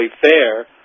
fair